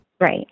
right